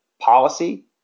policy